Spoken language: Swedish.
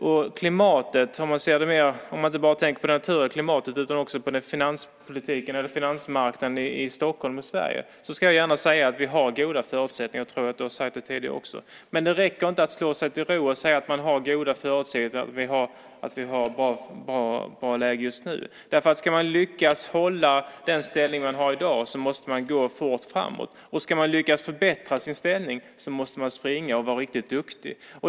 När det gäller klimatet - och då tänker jag inte bara på naturklimatet utan också på finanspolitiken och finansmarknaden i Stockholm och Sverige - ska jag gärna säga att vi har goda förutsättningar. Jag tror att jag har sagt det tidigare också. Men det räcker inte att slå sig till ro och säga att man har goda förutsättningar och ett bra läge just nu. Ska man lyckas hålla den ställning man har i dag måste man gå fort fram, och om man ska lyckas förbättra sin ställning måste man springa och vara riktigt duktig.